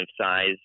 size